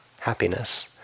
happiness